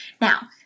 Now